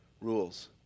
rules